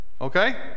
okay